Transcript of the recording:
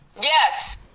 yes